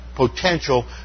Potential